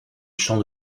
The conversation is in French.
champ